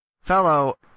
fellow